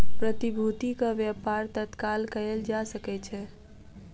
प्रतिभूतिक व्यापार तत्काल कएल जा सकै छै